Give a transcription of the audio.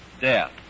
death